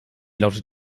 lautet